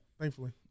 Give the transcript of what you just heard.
thankfully